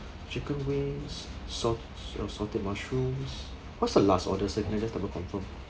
chicken wings sort~ sauteed mushrooms what's the last order sir can I just double confirm